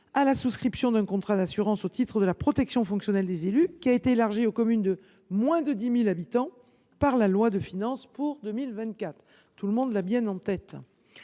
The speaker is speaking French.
à la souscription d’un contrat d’assurance au titre de la protection fonctionnelle des élus, qui a été élargie aux communes de moins de 10 000 habitants par la loi de finances pour 2024 ; chacun l’a bien en tête.